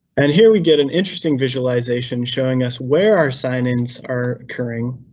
and here we get an interesting visualization showing us where our sign-ins are occurring,